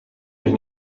mich